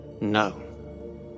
No